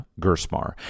Gersmar